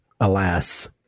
alas